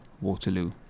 Waterloo